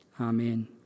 Amen